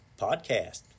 podcast